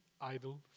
idle